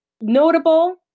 notable